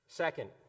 Second